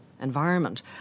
environment